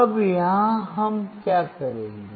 अब यहाँ हम क्या करेंगे